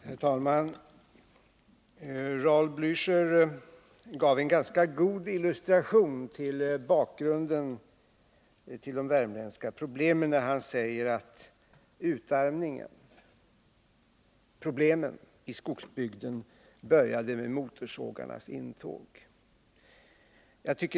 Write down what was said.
Herr talman! Raul Blächer gav en ganska god illustration av bakgrunden till de värmländska problemen när han sade att utarmningen och problemen i skogsbygden började med motorsågarnas intåg.